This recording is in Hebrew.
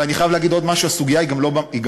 ואני חייב להגיד עוד משהו: הסוגיה היא גם לא כסף.